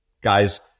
guys